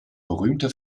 berühmte